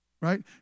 Right